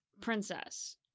Princess